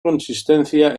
consistencia